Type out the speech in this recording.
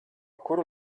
kuru